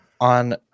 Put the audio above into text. on